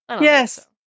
Yes